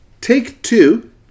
Take-Two